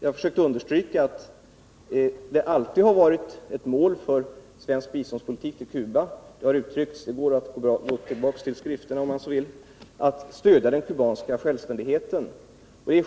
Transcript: Jag försökte understryka att det alltid har varit ett mål för svensk biståndspolitik när det gäller Cuba — det har uttryckts och det finns möjlighet att gå tillbaka till skrifterna om man så vill — att stödja den kubanska självständigheten.